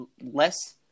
less